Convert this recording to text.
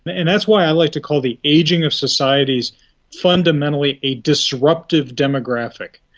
and that's why i like to call the ageing of societies fundamentally a disrupted demographic.